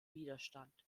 widerstand